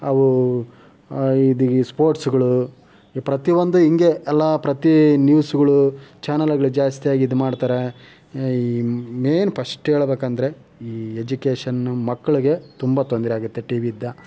ಆ ಒ ಇದು ಈ ಸ್ಪೋಟ್ಸ್ಗಳು ಈ ಪ್ರತಿ ಒಂದು ಹೀಗೆ ಎಲ್ಲ ಪ್ರತಿ ನ್ಯೂಸ್ಗಳು ಚಾನೆಲ್ಗಳು ಜಾಸ್ತಿ ಆಗಿ ಇದು ಮಾಡ್ತಾರೆ ಮೇಯ್ನ್ ಪ್ರಸ್ಟ್ ಹೇಳಬೇಕೆಂದ್ರೆ ಈ ಎಜುಕೇಶನ್ ಮಕ್ಳಿಗೆ ತುಂಬ ತೊಂದರೆ ಆಗುತ್ತೆ ಟಿವಿ ಇಂದ